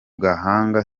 gahanga